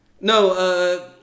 No